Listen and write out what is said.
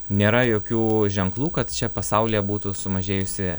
nėra jokių ženklų kad čia pasaulyje būtų sumažėjusi